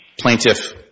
plaintiff